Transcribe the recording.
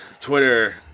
Twitter